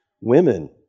women